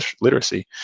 literacy